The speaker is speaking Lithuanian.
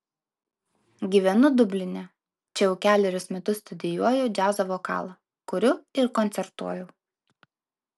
gyvenu dubline čia jau kelerius metus studijuoju džiazo vokalą kuriu ir koncertuoju